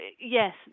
yes